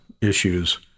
issues